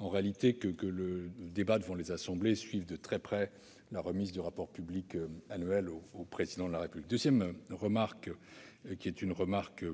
il est bon que le débat devant les assemblées suive de très près la remise du rapport public annuel au Président de la République. Deuxièmement, je veux formuler une remarque